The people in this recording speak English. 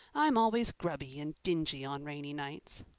i'm always grubby and dingy on rainy nights.